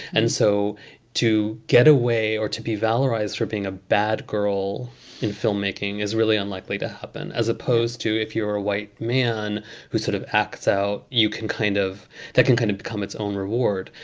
and so to get away or to be valorise for being a bad girl in filmmaking is really unlikely to happen, as opposed to if you're a white man who sort of acts out, you can kind of that can kind of become its own reward.